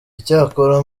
icyakora